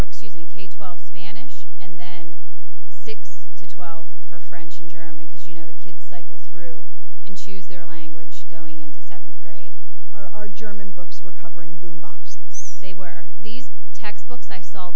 using k twelve spanish and then six to twelve for french and german because you know the kids cycle through and choose their language going into seventh grade or our german books were covering boom boxes they were these textbooks i saw